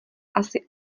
asi